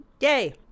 Yay